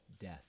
death